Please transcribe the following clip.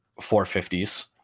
450s